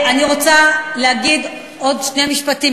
אני רוצה להגיד עוד שני משפטים,